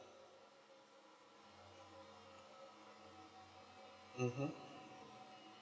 mmhmm